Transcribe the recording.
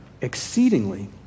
exceedingly